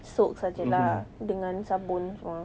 soak sahaja lah dengan sabun semua